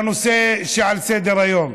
לנושא שעל סדר-היום.